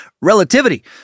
relativity